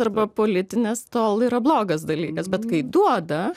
arba politinės tol yra blogas dalykas bet kai duoda